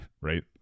right